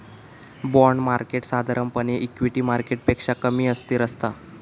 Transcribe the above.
bond market साधारणपणे equity मार्केटपेक्षा कमी अस्थिर असता